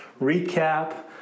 recap